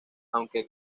aunque